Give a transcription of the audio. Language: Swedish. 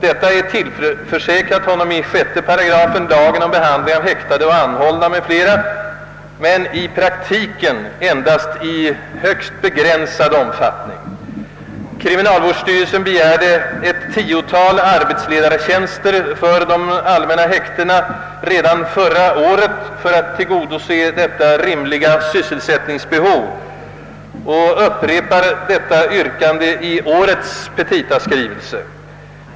Detta tillförsäkras honom i 6 8 lagen om behandling av häktade och anhållna m.fl. men kan tillämpas i praktiken endast i högst begränsad omfattning. Kriminalvårdsstyrelsen begärde ett tiotal arbetsledartjänster för de allmänna häktena redan förra året för att tillgodose detta rimliga sysselsättningsbehov och upprepar detta yrkande i årets petitaskrivelse.